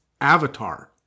avatar-